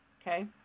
okay